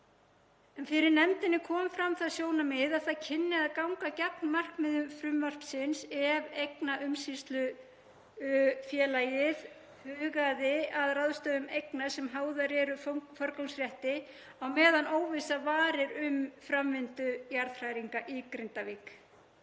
Fyrir nefndinni kom fram það sjónarmið að það kynni að ganga gegn markmiðum frumvarpsins að eignaumsýslufélagið hugaði að ráðstöfun eigna sem háðar eru forgangsrétti á meðan óvissa varir um framvindu jarðhræringa í Grindavík